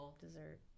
dessert